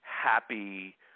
happy